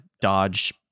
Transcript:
dodge